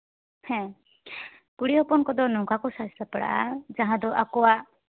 ᱦᱮᱸ ᱠᱩᱲᱤ ᱦᱚᱯᱚᱱ ᱠᱚᱫᱚ ᱱᱚᱝᱠᱟ ᱠᱚ ᱥᱟᱡ ᱥᱟᱯᱲᱟᱜᱼᱟ ᱡᱟᱦᱟᱸ ᱫᱚ ᱟᱠᱚᱣᱟᱜ